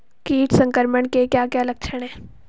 कीट संक्रमण के क्या क्या लक्षण हैं?